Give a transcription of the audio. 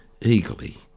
eagerly